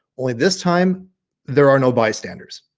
only this time there are no bystanders,